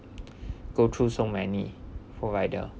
go through so many provider